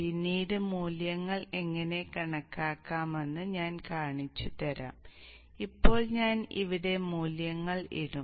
പിന്നീട് മൂല്യങ്ങൾ എങ്ങനെ കണക്കാക്കാമെന്ന് ഞാൻ കാണിച്ചുതരാം ഇപ്പോൾ ഞാൻ ഇവിടെ മൂല്യങ്ങൾ ഇടും